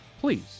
Please